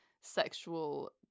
sexual